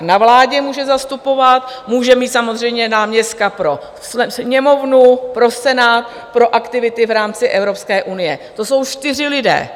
Na vládě může zastupovat, může mít samozřejmě náměstka pro Sněmovnu, pro Senát, pro aktivity v rámci Evropské unie, to jsou čtyři lidé.